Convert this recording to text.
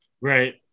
Right